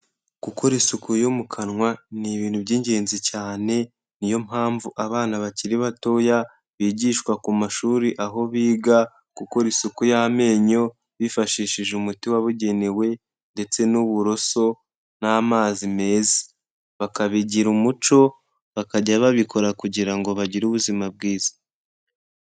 Gukora isuku yo mu kanwa ni ibintu by'ingenzi cyane ni yo mpamvu abana bakiri batoya bigishwa ku mashuri aho biga gukora isuku y'amenyo bifashishije umuti wabugenewe ndetse n'uburoso n'amazi meza. Bakabigira umuco, bakajya babikora kugira ngo bagire ubuzima bwiza.